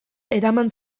eraman